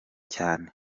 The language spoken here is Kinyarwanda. cyane